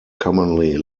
commonly